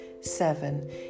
seven